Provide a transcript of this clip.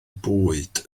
bwyd